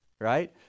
right